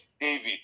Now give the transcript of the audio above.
David